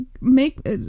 make